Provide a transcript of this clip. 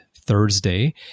Thursday